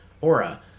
aura